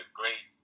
great